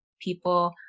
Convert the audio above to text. people